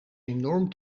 enorm